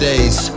days